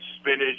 spinach